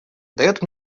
дает